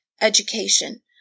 education